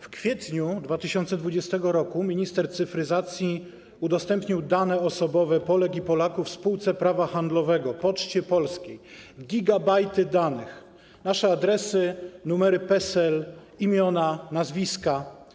W kwietniu 2020 r. minister cyfryzacji udostępnił dane osobowe Polek i Polaków spółce prawa handlowego, Poczcie Polskiej, gigabajty danych: nasze adresy, numery PESEL, imiona, nazwiska.